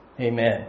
Amen